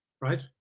right